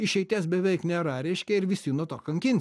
išeities beveik nėra reiškia ir visi nuo to kankinsis